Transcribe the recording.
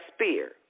spear